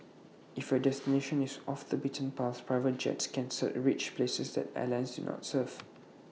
if your destination is off the beaten path private jets cancer reach places that airlines not serve